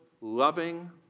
loving